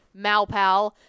Malpal